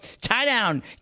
Tie-down